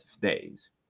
days